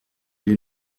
die